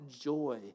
joy